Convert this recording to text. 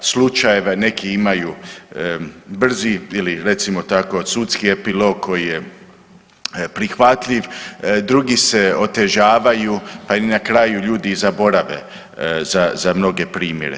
Slučajeve neki imaju brzi ili recimo tako sudski epilog koji je prihvatljiv, drugi se otežavaju, pa na kraju ljudi i zaborave za mnoge primjere.